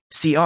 CR